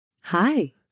Hi